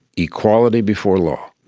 equality before law.